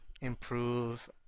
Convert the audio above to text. improve